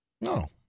No